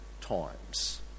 times